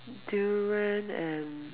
durian and